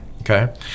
Okay